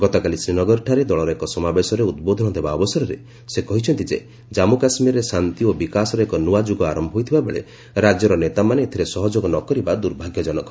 ଗତକାଲି ଶ୍ରୀନଗରଠାରେ ଦଳର ଏକ ସମାବେଶରେ ଉଦ୍ବୋଧନ ଦେବା ଅବସରରେ ସେ କହିଛନ୍ତି ଯେ ଜାମ୍ଗୁ କାଶ୍ୱୀରରେ ଶାନ୍ତି ଓ ବିକାଶର ଏକ ନୂଆ ଯୁଗ ଆରମ୍ଭ ହୋଇଥିବା ବେଳେ ରାଜ୍ୟର ନେତାମାନେ ଏଥିରେ ସହଯୋଗ ନ କରିବା ଦୁର୍ଭାଗ୍ୟଜନକ